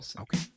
Okay